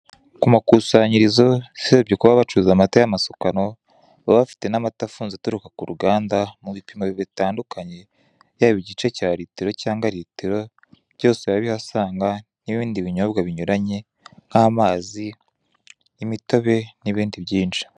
Ku makusanyirizo usibye kuba bacuruza amata y'amasukano baba bafite n'amata afunze aturuka ku ruganda mu bipimo bitandukanye yaba igice cya ritiro cyangwa ritiro byose urabihasanga n'ibindi binyobwa binyuranye n'amazi n'ibindi byinshi.